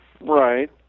Right